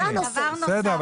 זהו הנושא שעליו אנחנו מדברים,